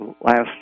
last